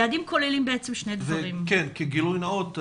כגילוי נאות,